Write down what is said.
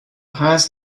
highest